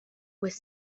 was